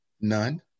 None